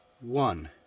One